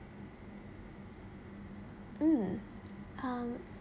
mm um